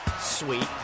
sweet